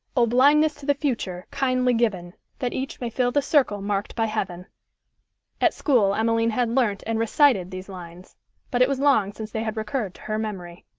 oh, blindness to the future, kindly given, that each may fill the circle marked by heaven at school, emmeline had learnt and recited these lines but it was long since they had recurred to her memory.